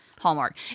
Hallmark